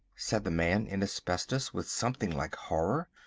said the man in asbestos, with something like horror.